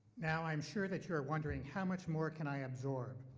now i'm sure that you're wondering how much more can i absorb?